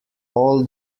all